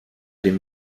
dem